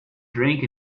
drink